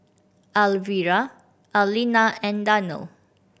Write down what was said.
Alvira Allena and Darnell